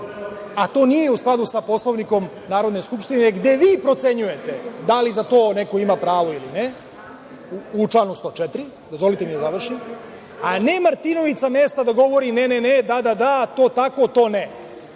a to nije u skladu sa Poslovnikom Narodne skupštine, gde vi procenjujete da li za to neko ima pravo ili ne, u članu 104. i dozvolite mi da završim, a ne Martinović sa mesta da govori – ne, ne, da, da, to tako, to